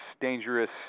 dangerous